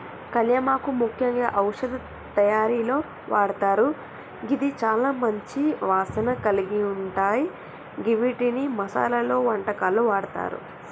కళ్యామాకు ముఖ్యంగా ఔషధ తయారీలో వాడతారు గిది చాల మంచి వాసన కలిగుంటాయ గివ్విటిని మసాలలో, వంటకాల్లో వాడతారు